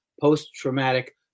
Post-traumatic